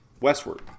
westward